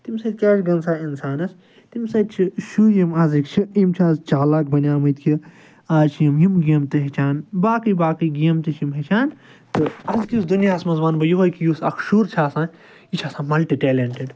تَمہِ سۭتۍ کیٛاہ چھُ گَژھان اِنسانَس تَمہِ سۭتۍ چھِ شُرۍ یِم آزٕکۍ چھِ یِم چھِ آز چالاک بَنیمٕتۍ کہِ آز چھِ یِم یِم گیمہٕ تہِ ہیٚچھان باقٕے باقٕے گیم تہِ چھِ یِم ہیٚچھان تہٕ اَزکِس دُنیاہَس منٛز وَنہٕ بہٕ یِہوٚے کہِ یُس اَکھ شُر چھُ آسان یہِ چھِ آسان مَلٹی ٹیلٮ۪نٛٹِڈ